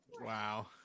wow